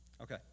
Okay